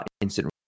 instant